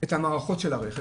את המערכות של הרכב